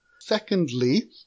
Secondly